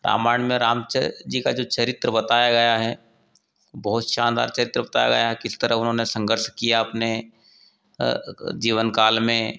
रामायण में राम जी का जो चरित्र बताया गया है बहुत शानदार चरित्र बताया गया है किस तरह उन्होने संघर्ष किया अपने जीवन काल में